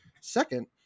Second